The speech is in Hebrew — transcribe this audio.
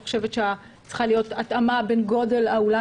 צריכה להיות התאמה בין גודל האולם